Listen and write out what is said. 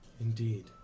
Indeed